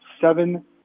seven